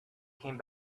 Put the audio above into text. came